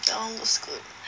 that [one] looks good